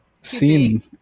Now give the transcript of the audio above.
seen